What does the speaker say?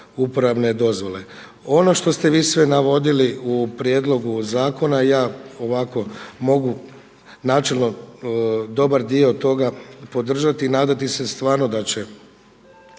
uporabne dozvole. Ono što ste vi sve navodili u prijedlogu zakona, ja ovako mogu načelno dobar dio toga podržati i nadati se stvarno da će